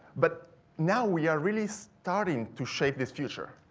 but now we are really starting to shape this future.